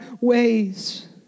ways